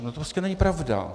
To prostě není pravda.